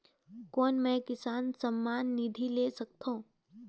कौन मै किसान सम्मान निधि ले सकथौं?